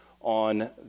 on